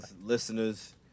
listeners